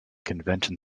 convention